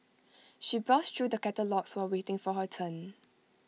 she browsed through the catalogues while waiting for her turn